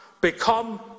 Become